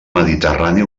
mediterrani